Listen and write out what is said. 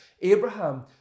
Abraham